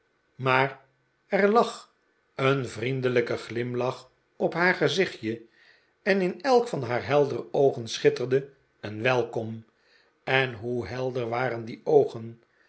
maar er lag een vriendelijke glimlach op haar gezichtje en in elk van haar heldere oogen schitterde een welkom en hoe helder waren die oogen